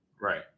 Right